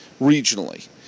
regionally